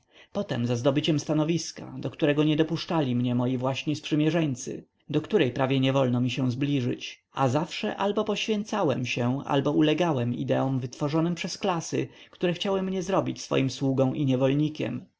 potem za zdobyciem stanowiska do którego nie dopuszczali mnie moi właśni sprzymierzeńcy nareszcie za kobietą do której prawie niewolno mi się zbliżyć a zawsze albo poświęcałem się albo ulegałem ideom wytworzonym przez klasy które chciały mnie zrobić swoim sługą i